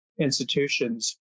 institutions